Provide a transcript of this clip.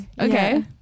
okay